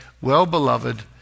well-beloved